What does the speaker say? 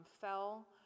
fell